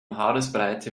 haaresbreite